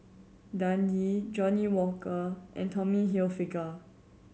Dundee Johnnie Walker and Tommy Hilfiger